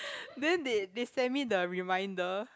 then they they send me the reminder